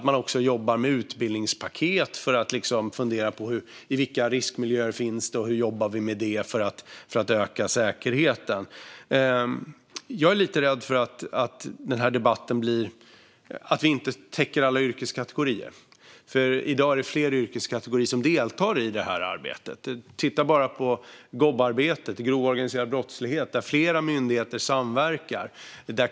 Man jobbar också med utbildningspaket för att fundera på vilka riskmiljöer det finns och hur man ska jobba med det för att öka säkerheten. Jag är lite rädd för att den här debatten inte täcker alla yrkeskategorier. I dag är det fler yrkeskategorier som deltar i det här arbetet. Titta bara på GOB-arbetet, alltså arbetet mot grov organiserad brottslighet, där flera myndigheter samverkar.